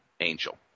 Angel